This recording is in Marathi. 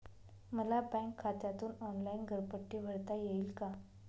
मला बँक खात्यातून ऑनलाइन घरपट्टी भरता येईल का?